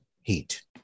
heat